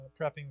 prepping